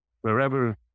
wherever